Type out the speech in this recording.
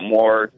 more –